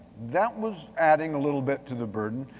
that was adding a little bit to the burden,